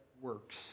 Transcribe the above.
works